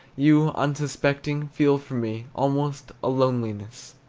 you, unsuspecting, feel for me almost a loneliness.